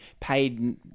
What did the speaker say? paid